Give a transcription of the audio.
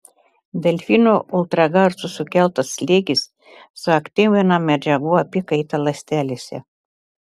delfinų ultragarso sukeltas slėgis suaktyvina medžiagų apykaitą ląstelėse